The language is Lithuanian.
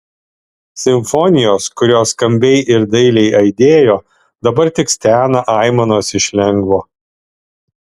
simfonijos kurios skambiai ir dailiai aidėjo dabar tik stena aimanos iš lengvo